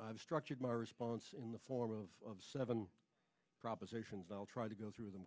i've structured my response in the form of seven propositions i'll try to go through them